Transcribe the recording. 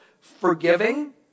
Forgiving